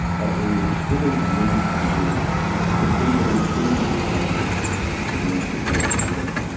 but we will still need a grid where people in cities and towns will need to work together.